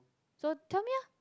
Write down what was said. so tell me lah